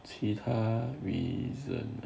其他 reason